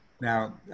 Now